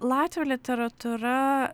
latvių literatūra